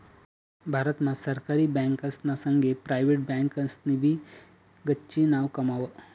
भारत मा सरकारी बँकासना संगे प्रायव्हेट बँकासनी भी गच्ची नाव कमाव